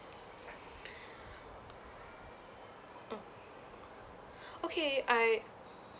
mm okay I